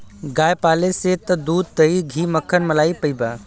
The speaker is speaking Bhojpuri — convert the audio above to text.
गाय पाले से तू दूध, दही, घी, मक्खन, मलाई पइबा